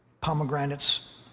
pomegranates